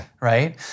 right